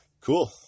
Cool